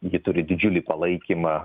ji turi didžiulį palaikymą